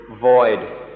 void